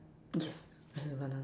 yes